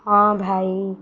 ହଁ ଭାଇ